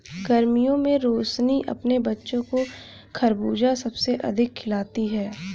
गर्मियों में रोशनी अपने बच्चों को खरबूज सबसे अधिक खिलाती हैं